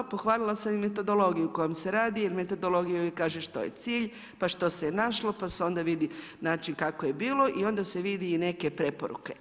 Pohvalila sam metodologiju kojom se radi, jer metodologija uvijek kaže što je cilj, pa što se je našlo, pa se onda vidi način kako je bilo i onda se vidi i neke preporuke.